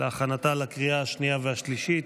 להכנתה לקריאה השנייה והשלישית.